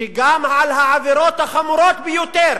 גם על העבירות החמורות ביותר,